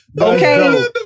Okay